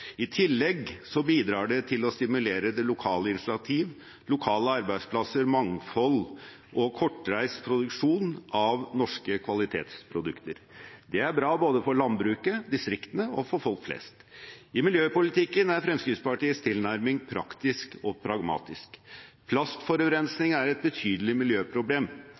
I tillegg bidrar det til å stimulere lokale initiativ, lokale arbeidsplasser, mangfold og kortreist produksjon av norske kvalitetsprodukter. Det er bra både for landbruket, for distriktene og for folk flest. I miljøpolitikken er Fremskrittspartiets tilnærming praktisk og pragmatisk. Plastforurensning er et betydelig miljøproblem,